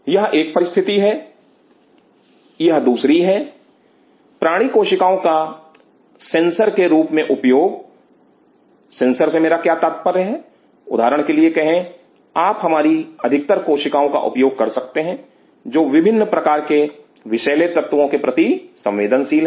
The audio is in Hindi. यह एक परिस्थिति है अगली दूसरी है प्राणी कोशिकाओं का सेंसर के रूप में उपयोग सेंसर से मेरा क्या तात्पर्य है उदाहरण के लिए कहे आप हमारी अधिकतर कोशिकाओं का उपयोग कर सकते हैं जो विभिन्न प्रकार के विषैले तत्वों के प्रति संवेदनशील हैं